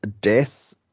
death